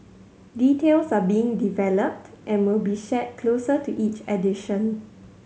details are being developed and will be shared closer to each edition